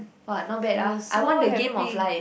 !wah! not bad ah I won the game of life